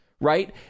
Right